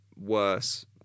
worse